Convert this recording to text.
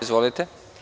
Izvolite.